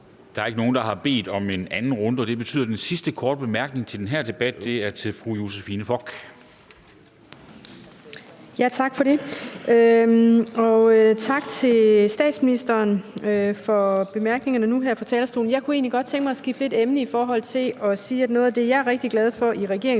Der er ikke nogen, der har bedt om en anden ordførerrunde, og det betyder, at den sidste korte bemærkning i den her debat er fra fru Josephine Fock. Kl. 22:55 Josephine Fock (ALT): Tak for det, og tak til statsministeren for bemærkningerne nu her fra talerstolen. Jeg kunne egentlig godt tænke mig lidt at skifte emne og sige, at noget af det, jeg er rigtig glad for i regeringsgrundlaget,